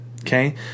Okay